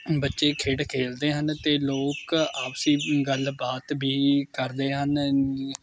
ਬੱਚੇ ਖੇਡ ਖੇੜਦੇ ਹਨ ਅਤੇ ਲੋਕ ਆਪਸੀ ਗੱਲਬਾਤ ਵੀ ਕਰਦੇ ਹਨ